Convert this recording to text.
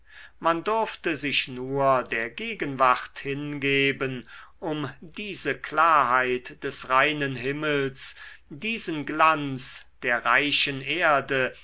man durfte sich nur der gegenwart hingeben um diese klarheit des reinen himmels diesen glanz der reichen erde